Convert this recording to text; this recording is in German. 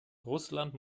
russland